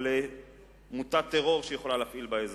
או של מוטת טרור שהיא יכולה להפעיל באזור,